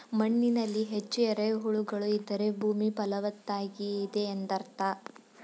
ಮಣ್ಣಿನಲ್ಲಿ ಹೆಚ್ಚು ಎರೆಹುಳುಗಳು ಇದ್ದರೆ ಭೂಮಿ ಫಲವತ್ತಾಗಿದೆ ಎಂದರ್ಥ